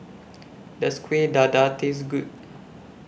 Does Kueh Dadar Taste Good